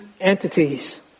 entities